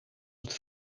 het